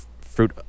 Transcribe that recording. fruit